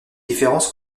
différence